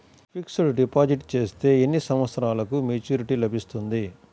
Fixed deposit చేస్తే ఎన్ని సంవత్సరంకు మెచూరిటీ లభిస్తుంది?